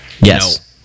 yes